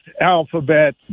alphabet